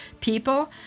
People